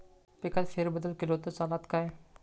पिकात फेरबदल केलो तर चालत काय?